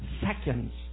seconds